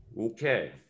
Okay